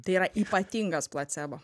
tai yra ypatingas placebo